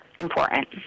important